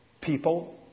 people